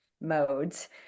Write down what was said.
modes